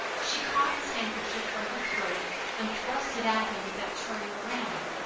she caught his handkerchief from her throat and thrust it at him without turning round.